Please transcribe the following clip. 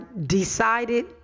decided